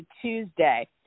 Tuesday